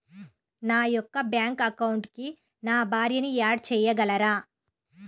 నా యొక్క బ్యాంక్ అకౌంట్కి నా భార్యని యాడ్ చేయగలరా?